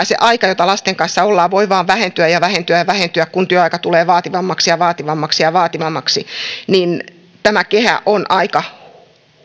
se aika joka lasten kanssa ollaan voi vain vähentyä ja vähentyä ja vähentyä kun työaika tulee vaativammaksi ja vaativammaksi ja vaativammaksi niin tämä kehä on aika